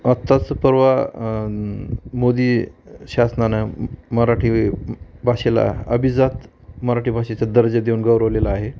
आत्ताच परवा मोदी शासनानं मराठी भाषेला अभिजात मराठी भाषेचा दर्जा देऊन गौरवलेलं आहे